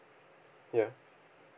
ya